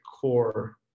core